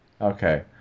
Okay